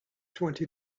twenty